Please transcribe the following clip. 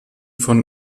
von